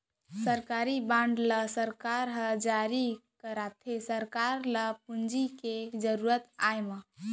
सरकारी बांड ल सरकार ह जारी करथे सरकार ल पूंजी के जरुरत आय म